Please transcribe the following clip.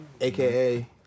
Aka